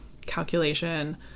calculation